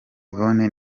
yvonne